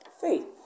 faith